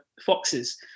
foxes